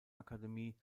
akademie